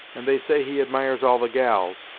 and they say he admires all the gals.